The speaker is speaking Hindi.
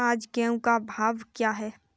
आज गेहूँ का भाव क्या है?